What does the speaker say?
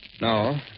No